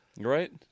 Right